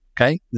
okay